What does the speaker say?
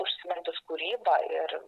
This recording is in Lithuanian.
užsiimantys kūryba ir